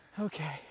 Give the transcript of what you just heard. Okay